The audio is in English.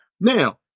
Now